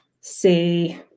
see